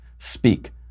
speak